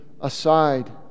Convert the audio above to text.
aside